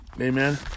Amen